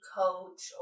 coach